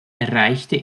erreichte